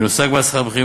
בנושא הגבלת שכר בכירים,